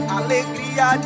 alegria